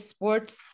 Sports